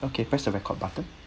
okay press the record button